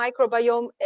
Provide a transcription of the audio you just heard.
microbiome